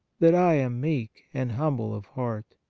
that i am meek and humble of heart!